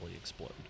explode